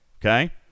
Okay